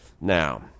now